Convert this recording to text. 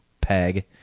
peg